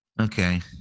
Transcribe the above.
Okay